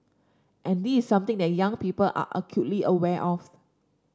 and this something that young people are acutely aware of